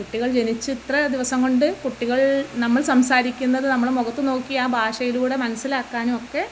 കുട്ടികൾ ജനിച്ച് ഇത്ര ദിവസം കൊണ്ട് കുട്ടികൾ നമ്മൾ സംസാരിക്കുന്നത് നമ്മുടെ മുഖത്ത് നോക്കിയാൽ ഭാഷയിലൂടെ മനസിലാക്കാനുമൊക്കെ